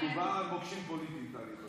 מדובר על מוקשים פוליטיים, טלי.